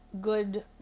good